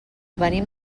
venim